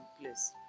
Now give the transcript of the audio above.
place